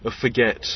forget